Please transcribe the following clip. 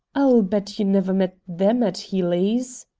i'll bet you never met them at healey's!